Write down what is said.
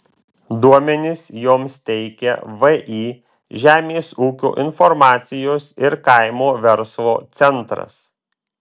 duomenis joms teikia vį žemės ūkio informacijos ir kaimo verslo centras